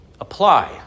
apply